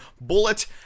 Bullet